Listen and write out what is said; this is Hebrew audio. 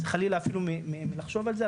חס וחלילה אפילו מלחשוב על זה,